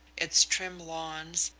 its trim lawns,